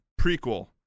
prequel